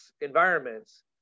environments